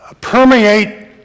permeate